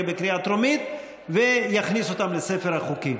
בקריאה טרומית ויכניס אותם לספר החוקים.